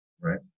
right